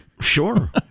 Sure